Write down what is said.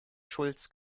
schulz